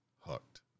hooked